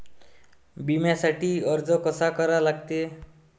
बिम्यासाठी अर्ज कसा करा लागते?